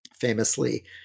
Famously